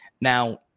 Now